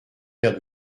paires